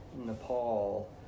Nepal